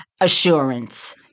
assurance